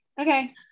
okay